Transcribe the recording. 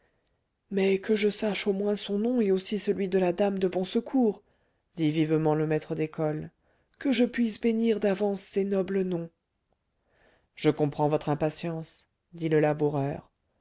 mais que je sache au moins son nom et aussi celui de la dame de bon secours dit vivement le maître d'école que je puisse bénir d'avance ces nobles noms je comprends votre impatience dit le laboureur